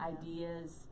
ideas